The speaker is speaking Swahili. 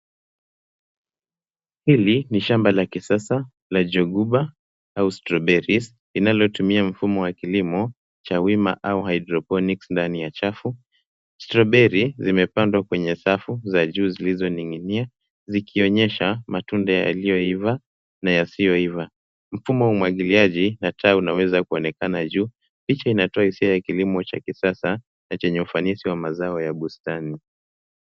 Hili ni shamba la kisasa la jordgubbar au strawberries linalotumia mfumo wa kilimo cha wima au haidroponiki ndani ya chafu. Strawberries zimepandwa kwenye safu za juu zilizoning'inia zikionyesha matunda yaliyoiva na yasioiva. Mfumo wa umwagiliaji na taa unaweza kuonekana juu, picha inatoa hisia ya kilimo cha kisasa na chenye ufanisi wa mazao ya bustani.